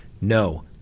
No